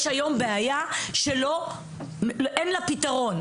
יש היום בעיה ואין לה פתרון,